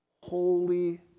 Holy